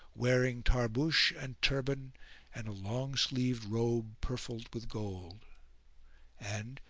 wearing tarbush and turband and a long-sleeved robe purfled with gold and,